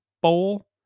Bowl